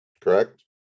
correct